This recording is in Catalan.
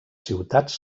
ciutats